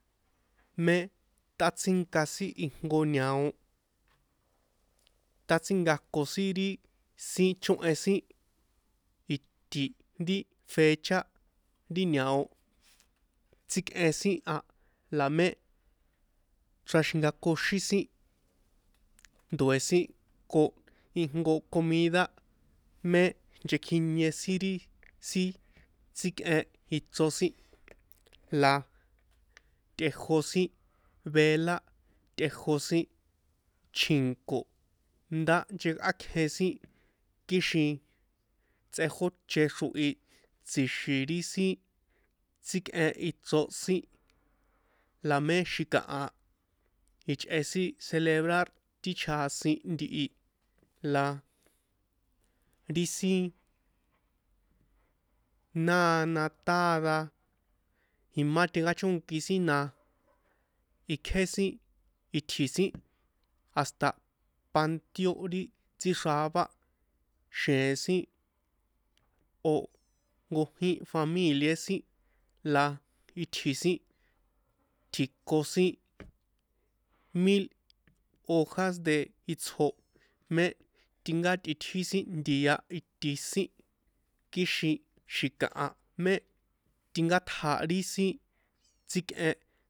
Mé tꞌatsínka sin ijnko ñao tátsínkako sin ri sin chóhen sin iti ri fecha ri ñao tsíkꞌen sin a la mé xraxinkakoxín sin ndoe̱ sin ko ijnko comida mé nchekjinie sin ri sin tsíkꞌen ichro sin la tꞌejo sin vela tꞌejo sin chi̱nko̱ ndá nchekꞌákjen sin kixin tsꞌejóche xrohi tsi̱xi̱n ri sin tsíkꞌen ichro sin la tꞌejó sin vela tꞌejo sin chji̱nko̱ ndá nchekꞌákjen sin kixin tsꞌejóche xrohi tsi̱xi̱n ri sin tsíkꞌen ichro sin la mé xi̱kaha ichꞌe sin celebrar ti chjasin ntihi la ri sin náná táda imá tinkáchónki sin na ikjé sin itji̱ sin hasta pantion ri tsíxravá xjee̱n sin o̱ jnkjín familia sin la itji̱ sin tji̱ko sin mil hojas de itsjo mé tinkátꞌitjí sin ntia̱ iti sin kixin xi̱kaha mé tinkátja ri sin tsíkꞌen.